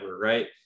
right